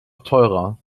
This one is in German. teurer